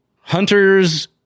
hunters